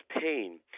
pain